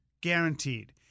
Guaranteed